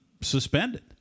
suspended